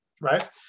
right